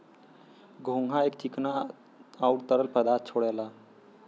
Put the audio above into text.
घोंघा एक चिकना आउर तरल पदार्थ छोड़ेला